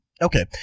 Okay